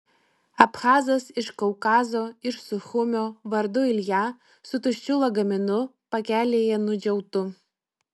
abchazas iš kaukazo iš suchumio vardu ilja su tuščiu lagaminu pakelėje nudžiautu